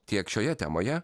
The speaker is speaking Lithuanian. tiek šioje temoje